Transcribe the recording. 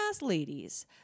ladies